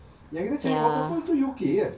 yang kita cari waterfall tu U_K kan